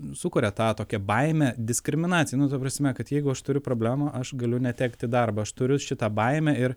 sukuria tą tokią baimę diskriminaciją nu ta prasme kad jeigu aš turiu problemą aš galiu netekti darbo aš turiu šitą baimę ir